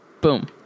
Boom